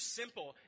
simple